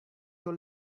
your